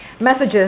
messages